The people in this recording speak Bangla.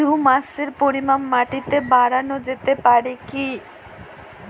হিউমাসের পরিমান মাটিতে বারানো যেতে পারে কি?